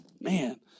Man